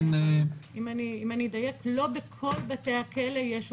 אם אני אדייק, לא בכל בתי הכלא יש אולמות,